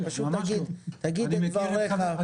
תגיד את דבריך העקרוניים.